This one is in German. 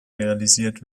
realisiert